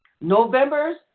November's